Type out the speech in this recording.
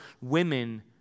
women